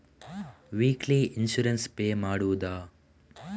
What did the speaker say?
Weekly insurance pay ಮಾಡುವುದ?